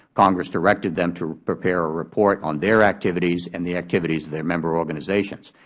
congress directed them to prepare a report on their activities and the activities of their member organizations.